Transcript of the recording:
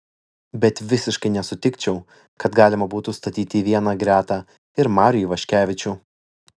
bet visiškai nesutikčiau kad galima būtų statyti į vieną gretą ir marių ivaškevičių